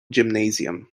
gymnasium